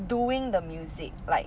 doing the music like